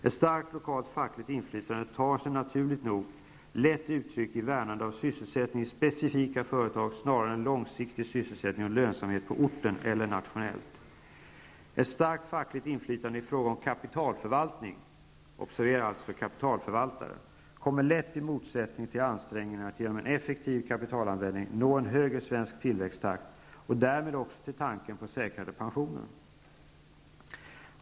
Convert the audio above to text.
Ett starkt lokalt fackligt inflytande tar sig -- naturligt nog -- lätt uttryck i värnande av sysselsättningen i specifika företag snarare än av långsiktig sysselsättning och lönsamhet på orten eller nationellt. Ett starkt fackligt inflytande i fråga om kapitalförvaltning -- observera alltså, som kapitalförvaltare! -- kommer lätt i motsättning till ansträngningarna att genom en effektiv kapitalanvändning nå en högre svensk tillväxttakt och därmed också till tanken på säkrade pensioner.